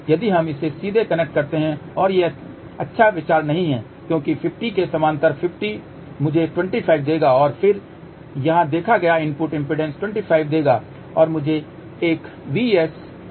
यदि हम इसे सीधे कनेक्ट करते हैं और यह अच्छा विचार नहीं है क्योंकि 50 के समानांतर 50 मुझे 25 Ω देगा और फिर यहाँ देखा गया इनपुट इम्पीडेन्स 25 Ω होगा जो मुझे एक VSWR 2 देगा